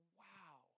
wow